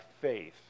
faith